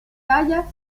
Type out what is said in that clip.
tallas